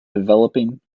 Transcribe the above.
developing